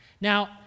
Now